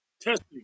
testing